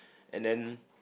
and then